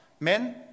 Men